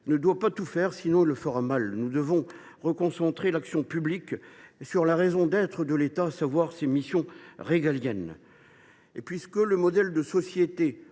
ne doit pas tout faire, sinon il fera mal. Nous devons recentrer l’action publique sur la raison d’être de l’État, à savoir ses missions régaliennes. Et puisque le modèle de société